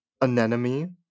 anemone